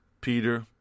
Peter